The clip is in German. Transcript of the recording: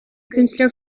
künstler